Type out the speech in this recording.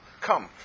come